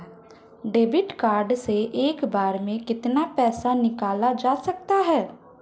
Debit card से एक बार में कितना पैसा निकाला जा सकता है?